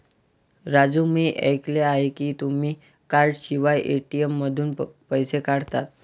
राजू मी ऐकले आहे की तुम्ही कार्डशिवाय ए.टी.एम मधून पैसे काढता